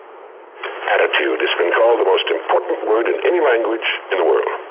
attitude, it's been called the most important word in any language in the world.